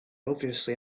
obviously